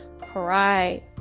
cry